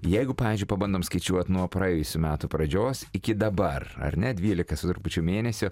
jeigu pavyzdžiui pabandom skaičiuot nuo praėjusių metų pradžios iki dabar ar ne dvylika su trupučiu mėnesio